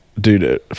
dude